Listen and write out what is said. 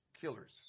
killers